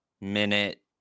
minute